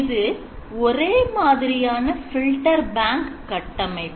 இது ஒரே மாதிரியான filetr bank கட்டமைப்பு